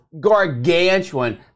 gargantuan